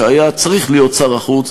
שהיה צריך להיות שר החוץ,